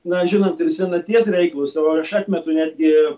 na žinot ir senaties reilalus o aš atmetu netgi